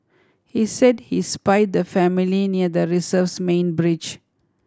he said he spied the family near the reserve's main bridge